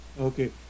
Okay